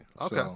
Okay